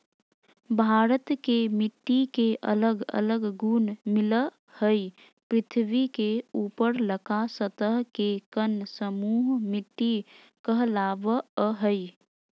भारत के मिट्टी के अलग अलग गुण मिलअ हई, पृथ्वी के ऊपरलका सतह के कण समूह मिट्टी कहलावअ हई